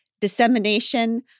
dissemination